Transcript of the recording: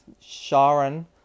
Sharon